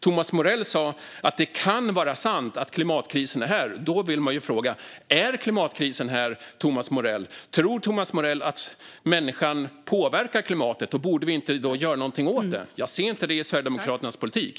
Thomas Morell sa att det kan vara sant att klimatkrisen är här. Då vill man fråga: Är klimatkrisen här, Thomas Morell? Tror Thomas Morell att människan påverkar klimatet, och borde vi inte göra något åt det? Jag ser inte det i Sverigedemokraternas politik.